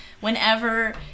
whenever